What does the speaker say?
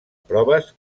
proves